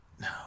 No